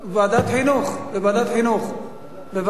לוועדת חינוך, בבקשה.